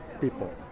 people